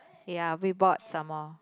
ya we bought some more